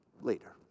Later